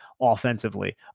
offensively